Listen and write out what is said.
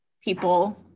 people